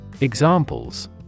Examples